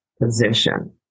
position